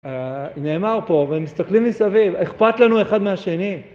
נאמר פה, ומסתכלים מסביב, אכפת לנו אחד מהשני.